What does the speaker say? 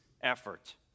effort